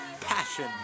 passion